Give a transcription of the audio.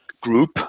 group